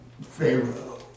Pharaoh